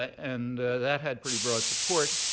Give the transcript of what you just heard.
and that had pretty broad support.